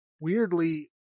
weirdly